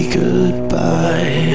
goodbye